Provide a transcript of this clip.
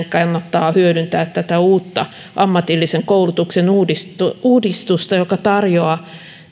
hänen kannattaa hyödyntää tätä uutta ammatillisen koulutuksen uudistusta joka tarjoaa